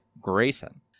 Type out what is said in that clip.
Grayson